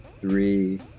three